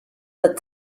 der